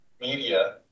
media